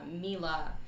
Mila